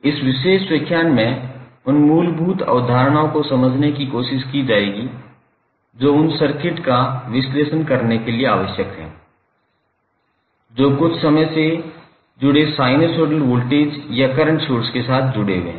इस विशेष व्याख्यान में उन मूलभूत अवधारणाओं को समझने की कोशिश की जाएगी जो उन सर्किट का विश्लेषण करने के लिए आवश्यक हैं जो कुछ समय से जुड़े साइनसॉइडल वोल्टेज या करंट सोर्स के साथ जुड़े हुए हैं